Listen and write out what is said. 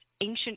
Ancient